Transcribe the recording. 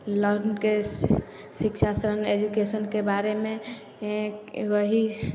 लोनके शिक्षा एजुकेशनके बारेमे ओहि